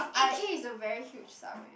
eight K is a very huge sum eh